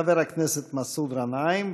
חבר הכנסת מסעוד גנאים,